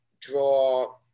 draw